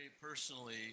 Personally